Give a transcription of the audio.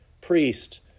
priest